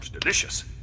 Delicious